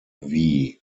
wee